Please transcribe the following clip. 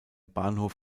bahnhof